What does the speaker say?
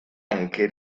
anche